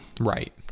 Right